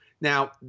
Now